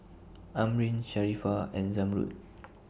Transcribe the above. Amrin Sharifah and Zamrud